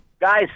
guys